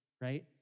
right